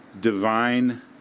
divine